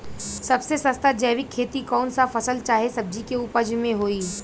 सबसे सस्ता जैविक खेती कौन सा फसल चाहे सब्जी के उपज मे होई?